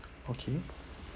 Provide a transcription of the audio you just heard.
okay